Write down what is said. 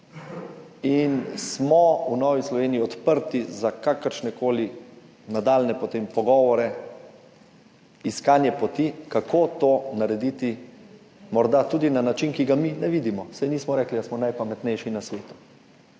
V Novi Sloveniji smo odprti za kakršnekoli nadaljnje pogovore, iskanje poti, kako to narediti, morda tudi na način, ki ga mi ne vidimo, saj nismo rekli, da smo najpametnejši na svetu.